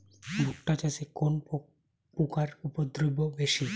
ভুট্টা চাষে কোন পোকার উপদ্রব বেশি?